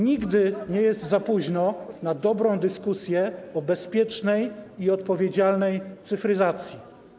Nigdy nie jest za późno na dobrą dyskusję o bezpiecznej i odpowiedzialnej cyfryzacji.